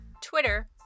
Twitter